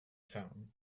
town